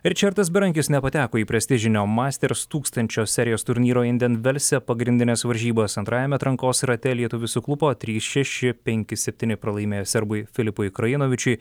ričardas berankis nepateko į prestižinio masters tūkstančio serijos turnyro inden velse pagrindines varžybas antrajame atrankos rate lietuvis suklupo trys šeši penki septyni pralaimėjo serbui filipui krainovičiui